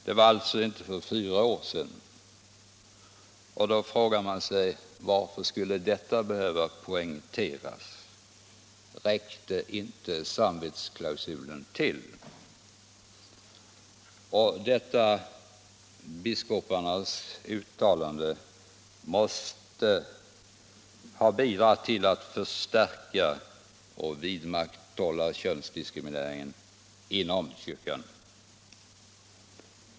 Det var alltså för inte fullt fyra år sedan. Då frågar man sig: Varför skulle detta behöva poängteras? Räckte inte samvetsklausulen till? Detta biskoparnas uttalande måste ha bidragit till att vidmakthålla och förstärka könsdiskrimineringen inom kyrkan.